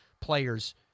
players